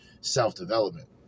self-development